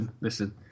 listen